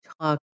talk